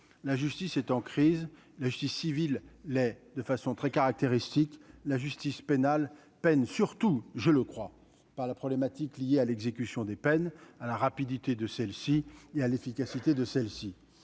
la justice est en crise, la justice civile l'de façon très caractéristique, la justice pénale peine surtout je le crois, par la problématique liée à l'exécution des peines à la rapidité de celle-ci et à l'efficacité de celle-ci